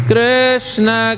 Krishna